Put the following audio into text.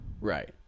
Right